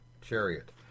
Chariot